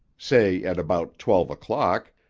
say at about twelve o'clock,